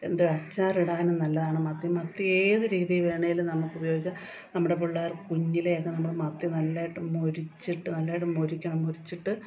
എന്താ അച്ചാറിടാനും നല്ലതാണ് മത്തി മത്തിയേതു രീതിയിൽ വേണേലും നമുക്കുപയോഗിക്കാം നമ്മുടെ പിള്ളേർക്ക് കുഞ്ഞിലെ തന്നെ നമ്മൾ മത്തി നല്ലതായിട്ടു മൊരിച്ചിട്ടു നല്ലതായിട്ടു മൊരിക്കണം മൊരിച്ചിട്ട്